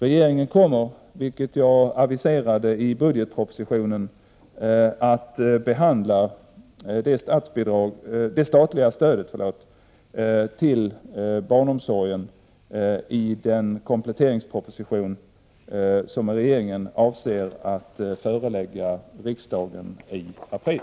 Regeringen kommer, vilket jag aviserade i budgetpropositionen, att behandla det statliga stödet till barnomsorgen i den kompletteringsproposition som regeringen avser att förelägga riksdagen i april.